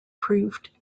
proved